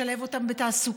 לשלב אותם בתעסוקה,